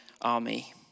army